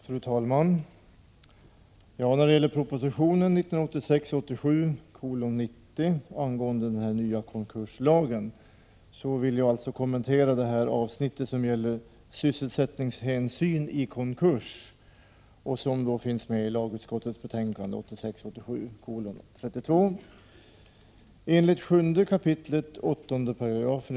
Fru talman! I fråga om proposition 1986 87:32 som gäller sysselsättningshänsyn vid konkurs.